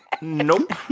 Nope